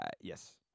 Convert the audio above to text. Yes